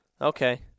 okay